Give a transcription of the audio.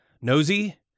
nosy